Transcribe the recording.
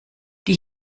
die